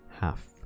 half